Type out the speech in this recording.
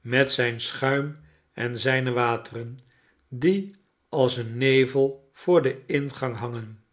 met zijn schuim en zijne wateren die als een nevel voor den ingang hangen